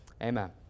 Amen